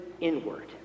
inward